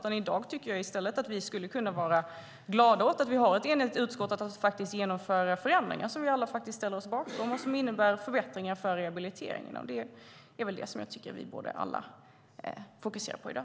I dag tycker jag att vi i stället skulle kunna vara glada åt att vi är ett enigt utskott som vill genomföra förändringar som vi alla ställer oss bakom och som innebär förbättringar i rehabiliteringen. Det är det som jag tycker att vi alla borde fokusera på i dag.